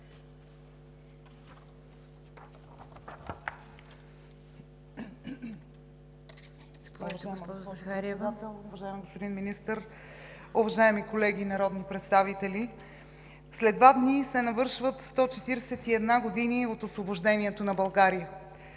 Уважаема госпожо Председател, уважаеми господин Министър, уважаеми колеги народни представители! „След два дни се навършват 141 години от Освобождението на България.